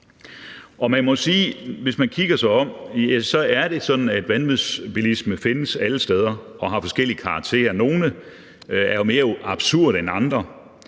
Man må sige, at hvis man kigger sig om, så er det sådan, at vanvidsbilisme findes alle steder og har forskellige karakterer. Nogle er jo mere absurde end andre.